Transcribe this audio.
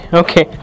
okay